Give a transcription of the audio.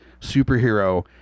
superhero